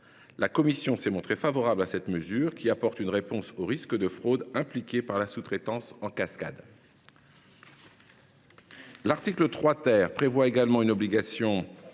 La commission s’est montrée favorable à cette mesure, qui apporte une réponse aux risques de fraudes qu’implique la sous traitance en cascade. L’article 3 prévoit également une obligation